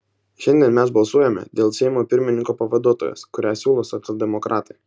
šiandien mes balsuojame dėl seimo pirmininko pavaduotojos kurią siūlo socialdemokratai